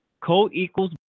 co-equals